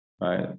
right